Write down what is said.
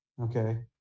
Okay